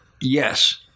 yes